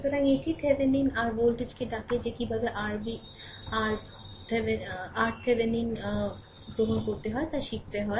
সুতরাং এটিই Thevenin আর ভোল্টেজকে ডাকে যে কীভাবে RThevenin গ্রহণ করতে হয় তা শিখতে হয়